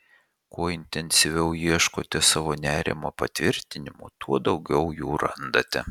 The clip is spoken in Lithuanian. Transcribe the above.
kuo intensyviau ieškote savo nerimo patvirtinimų tuo daugiau jų randate